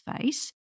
face